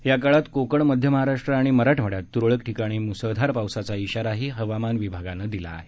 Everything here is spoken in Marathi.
या काळात कोकण मध्य महाराष्ट्र आणि मराठवाड्यात त्रळक ठिकाणी म्सळधार पावसाचा इशारा हवामान विभागानं दिला आहे